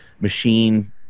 machine